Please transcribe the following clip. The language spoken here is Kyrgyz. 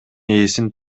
ээсин